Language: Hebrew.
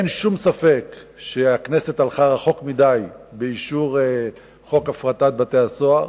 אין שום ספק שהכנסת הלכה רחוק מדי באישור חוק הפרטת בתי-הסוהר.